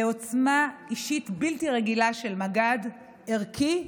לעוצמה אישית בלתי רגילה של מג"ד ערכי,